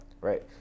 Right